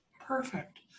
Perfect